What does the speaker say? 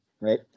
right